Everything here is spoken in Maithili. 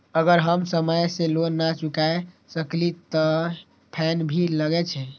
अगर हम समय से लोन ना चुकाए सकलिए ते फैन भी लगे छै?